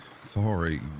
Sorry